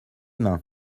mains